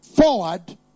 forward